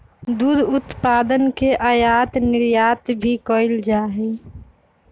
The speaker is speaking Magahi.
दुध उत्पादन के आयात निर्यात भी कइल जा हई